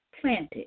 planted